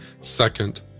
Second